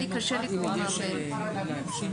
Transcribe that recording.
נפתח את סשן